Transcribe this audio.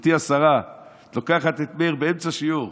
גברתי השרה, את לוקחת את מאיר באמצע שיעור,